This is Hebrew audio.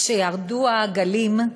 "כשירדו העגלים,